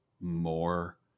more